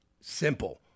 simple